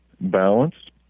balanced